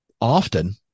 Often